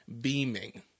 beaming